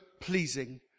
pleasing